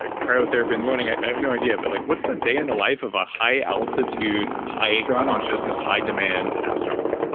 ah cryotherapy in the morning? i have no idea, but like what is the day in the life of a high altitude, high consciousness, high demand astronomer?